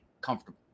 comfortable